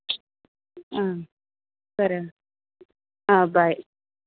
ಹಾಂ ಸರಿ ಹಾಂ ಬಾಯ್